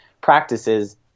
practices